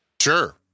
Sure